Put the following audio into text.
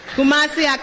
Kumasi